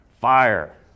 fire